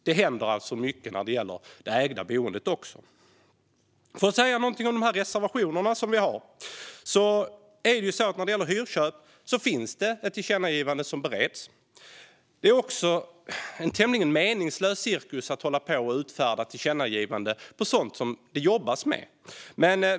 Det händer alltså mycket också när det gäller det ägda boendet. Jag vill säga något om de reservationer vi har. När det gäller hyrköp finns det ett tillkännagivande som bereds. Det är en tämligen meningslös cirkus att hålla på och utfärda tillkännagivanden om sådant som det jobbas med.